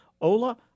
Ola